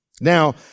Now